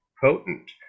potent